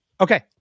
Okay